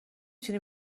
تونی